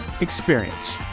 experience